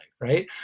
right